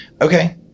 okay